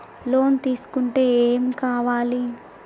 Loan తీసుకుంటే ఏం కావాలి?